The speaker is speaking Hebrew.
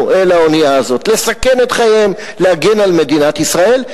אל האונייה הזאת לסכן את חייהם להגן על מדינת ישראל,